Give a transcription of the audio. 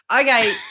Okay